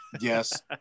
yes